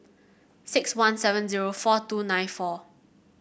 six one seven zero four two nine four